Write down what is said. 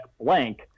Blank